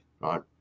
right